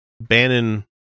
Bannon